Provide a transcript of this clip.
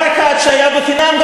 היה פה דבר אחד שהיה חינם,